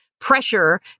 pressure